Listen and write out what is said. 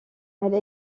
elle